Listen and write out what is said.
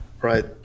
right